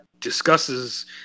discusses